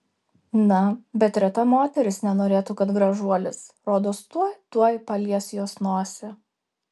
na bet reta moteris nenorėtų kad gražuolis rodos tuoj tuoj palies jos nosį